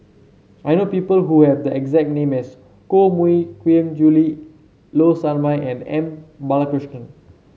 I know people who have the exact name as Koh Mui Hiang Julie Low Sanmay and M Balakrishnan